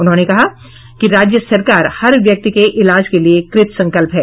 उन्होंने कहा कि राज्य सरकार हर व्यक्ति के इलाज के लिए कृतसंकल्प है